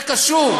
זה קשור.